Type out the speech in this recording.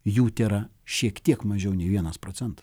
jų tėra šiek tiek mažiau nei vienas procentas